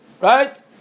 Right